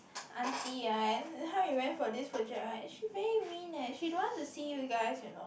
aunty how you went for this project right she very mean eh she don't want to see you guys you know